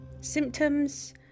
symptoms